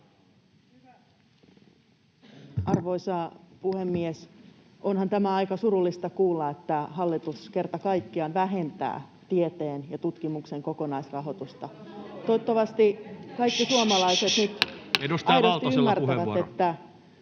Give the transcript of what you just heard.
Arvoisa puhemies! Onhan tämä aika surullista kuulla, että hallitus kerta kaikkiaan vähentää tieteen ja tutkimuksen kokonaisrahoitusta. Toivottavasti kaikki suomalaiset nyt...